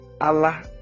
Allah